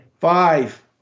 Five